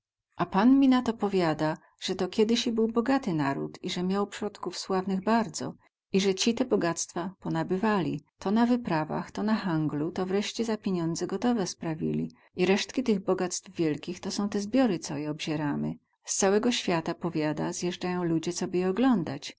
a pan mi na to powiada ze to kiedysi był bogaty naród i ze miał przodków sławnych bardzo i ci te bogactwa ponabywali to na wyprawach to na hanglu to wreście za piniądze gotowe sprawili i reśtki tych bogactw wielgich to są te zbiory co je obzieramy z całego świata powiada zjezdzają ludzie coby je oglądać